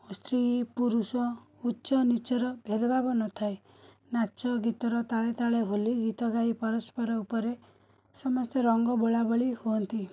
ଓ ସ୍ତ୍ରୀ ପୁରୁଷ ଉଚ୍ଚ ନୀଚର ଭେଦଭାବ ନ ଥାଏ ନାଚଗୀତର ତାଳେତାଳେ ହୋଲି ଗୀତ ଗାଇ ପରସ୍ପର ଉପରେ ସମସ୍ତେ ରଙ୍ଗ ବୋଳାବୋଳି ହୁଅନ୍ତି